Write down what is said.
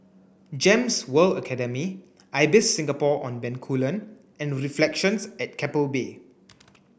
GEMS World Academy Ibis Singapore on Bencoolen and Reflections at Keppel Bay